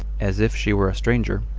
as if she were a stranger,